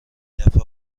دفعه